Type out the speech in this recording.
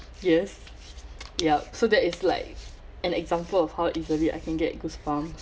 yes yup so that is like an example of how easily I can get goosebumps